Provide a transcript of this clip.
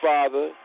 Father